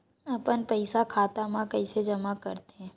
अपन पईसा खाता मा कइसे जमा कर थे?